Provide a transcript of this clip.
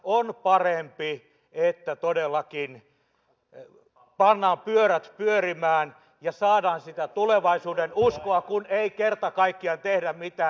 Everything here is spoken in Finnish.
on parempi että todellakin pannaan pyörät pyörimään ja saadaan sitä tulevaisuudenuskoa kuin että ei kerta kaikkiaan tehdä mitään